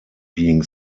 being